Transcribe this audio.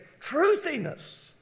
Truthiness